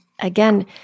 again